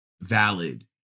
valid